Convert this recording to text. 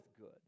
good